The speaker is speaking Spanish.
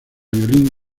violín